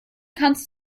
kannst